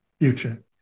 future